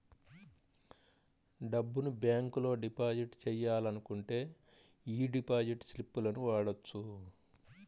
డబ్బును బ్యేంకులో డిపాజిట్ చెయ్యాలనుకుంటే యీ డిపాజిట్ స్లిపులను వాడొచ్చు